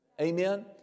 Amen